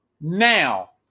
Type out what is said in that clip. now